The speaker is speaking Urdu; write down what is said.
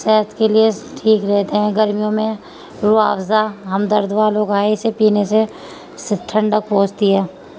صحت کے لیے ٹھیک رہتے ہیں گرمیوں میں روح افزا ہم درد والوں کا ہے اسے پینے سے ٹھنڈک پہنچتی ہے